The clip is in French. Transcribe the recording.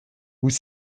vous